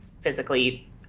physically